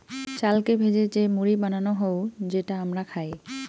চালকে ভেজে যে মুড়ি বানানো হউ যেটা হামরা খাই